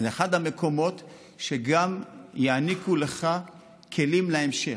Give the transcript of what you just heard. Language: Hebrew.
זה אחד המקומות שגם יעניקו לך כלים להמשך.